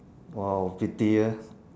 !wow! fifty years